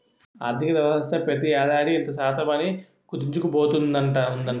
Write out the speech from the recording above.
ఆర్థికవ్యవస్థ ప్రతి ఏడాది ఇంత శాతం అని కుదించుకుపోతూ ఉందట